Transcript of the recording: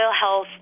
health